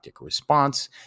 response